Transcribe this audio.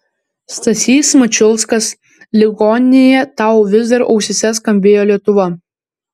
stasys mačiulskas ligoninėje tau vis dar ausyse skambėjo lietuva